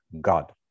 God